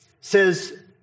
says